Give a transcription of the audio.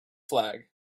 flag